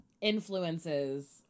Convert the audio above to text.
influences